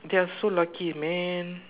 they're so lucky man